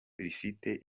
rifite